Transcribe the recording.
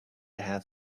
have